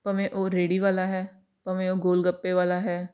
ਭਾਵੇਂ ਉਹ ਰੇਹੜੀ ਵਾਲਾ ਹੈ ਭਾਵੇਂ ਉਹ ਗੋਲ ਗੱਪੇ ਵਾਲਾ ਹੈ